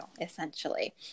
essentially